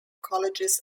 colleges